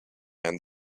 and